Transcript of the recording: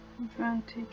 Advantage